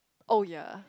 oh ya